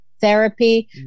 therapy